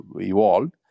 evolved